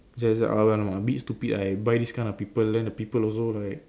alamak a bit stupid ah I buy this kind of people then the people also like